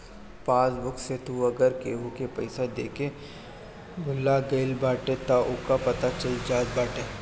passbook से तू अगर केहू के पईसा देके भूला गईल बाटअ तअ उहो पता चल जात बाटे